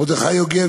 מרדכי יוגב,